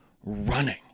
running